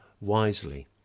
wisely